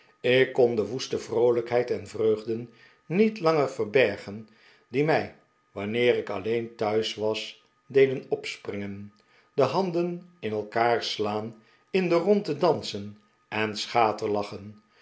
ik kon de woeste vroolijkheid en vreugde niet langer verbergen die mij wanneer ik alleen thuis was deden opspringen de hand en in elkaar slaan in de rondte dansen en schaterlachen